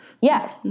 Yes